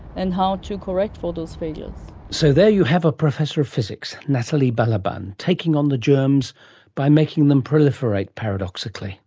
and how to correct for those failures. so there you have a professor of physics, nathalie balaban, taking on the germs by making them proliferate, paradoxically